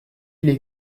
les